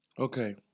Okay